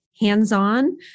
hands-on